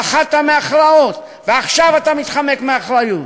פחדת מהכרעות, ועכשיו אתה מתחמק מאחריות.